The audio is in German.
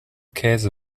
käse